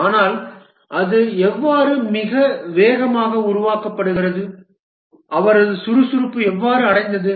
ஆனால் அது எவ்வாறு மிக வேகமாக உருவாக்கப்படுகிறது அவரது சுறுசுறுப்பு எவ்வாறு அடைந்தது